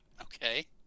okay